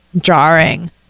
jarring